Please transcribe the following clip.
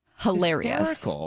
hilarious